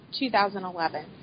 2011